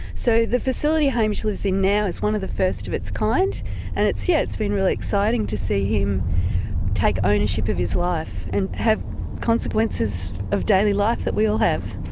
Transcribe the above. so the facility hamish lives in now is one of the first of its kind and yes, yeah it's been really exciting to see him take ownership of his life and have consequences of daily life that we all have.